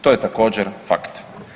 To je također fakt.